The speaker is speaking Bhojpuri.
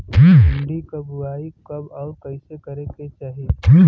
भिंडी क बुआई कब अउर कइसे करे के चाही?